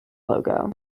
logo